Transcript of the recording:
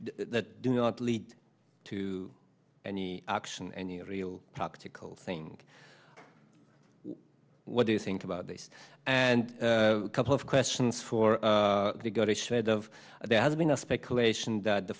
that do not lead to any action any real property cold thing what do you think about this and a couple of questions for the go to shed of there has been a speculation that the